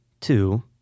two